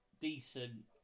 decent